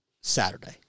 Saturday